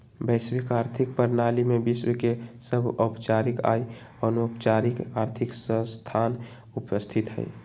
वैश्विक आर्थिक प्रणाली में विश्व के सभ औपचारिक आऽ अनौपचारिक आर्थिक संस्थान उपस्थित हइ